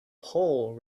pole